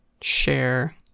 share